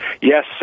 yes